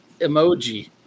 emoji